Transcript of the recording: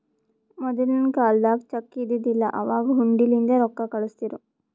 ಮೊದಲಿನ ಕಾಲ್ದಾಗ ಚೆಕ್ ಇದ್ದಿದಿಲ್ಲ, ಅವಾಗ್ ಹುಂಡಿಲಿಂದೇ ರೊಕ್ಕಾ ಕಳುಸ್ತಿರು